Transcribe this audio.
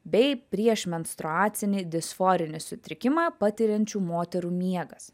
bei prieš menstruacinį disforinį sutrikimą patiriančių moterų miegas